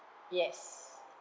yes